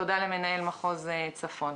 תודה למנהל מחוז צפון.